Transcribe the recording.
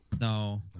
No